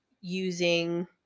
using